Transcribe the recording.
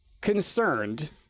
concerned